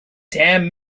damn